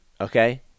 okay